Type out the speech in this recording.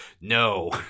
no